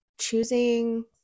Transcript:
choosing